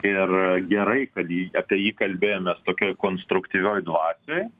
ir gerai kad jį apie jį kalbėjomės tokioj konstruktyvioj dvasioj